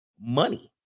money